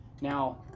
Now